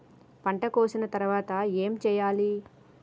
పంట కోసిన తర్వాత ఏం చెయ్యాలి?